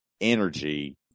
energy